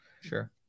sure